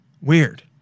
Weird